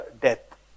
death